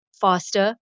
faster